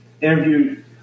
interviewed